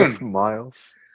Miles